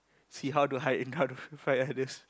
see how to hide and how to fight like this